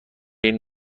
این